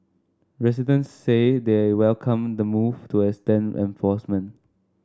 residents say they welcome the move to extend enforcement